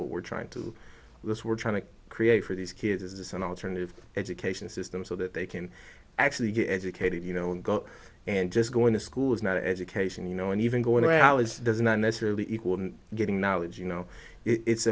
what we're trying to raise we're trying to create for these kids as an alternative education system so that they can actually get educated you know go and just going to school is not education you know and even going to alice does not necessarily equal getting knowledge you know it's